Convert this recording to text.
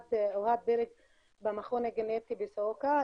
אוהד בירק במכון הגנטי בסורוקה,